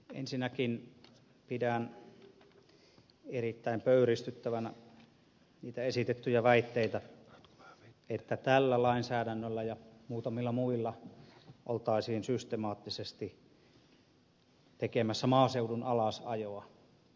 ensinnäkin pidän erittäin pöyristyttävinä niitä esitettyjä väitteitä että tällä lainsäädännöllä ja muutamilla muilla oltaisiin systemaattisesti tekemässä maaseudun alasajoa